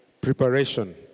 preparation